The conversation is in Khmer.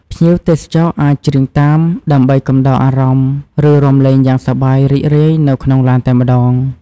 ភ្ញៀវទេសចរអាចច្រៀងតាម ដើម្បីកំដរអារម្មណ៍ ឬរាំលេងយ៉ាងសប្បាយរីករាយនៅក្នុងឡានតែម្តង។